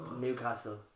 Newcastle